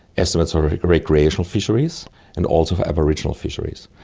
estimates sort of recreational fisheries and also aboriginal fisheries.